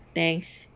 thanks